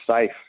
safe